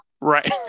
Right